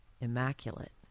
Immaculate